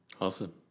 awesome